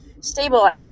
stabilize